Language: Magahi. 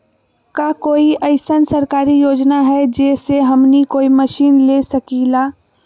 का कोई अइसन सरकारी योजना है जै से हमनी कोई मशीन ले सकीं ला?